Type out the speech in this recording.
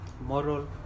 moral